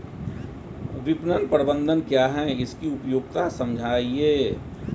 विपणन प्रबंधन क्या है इसकी उपयोगिता समझाइए?